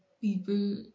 people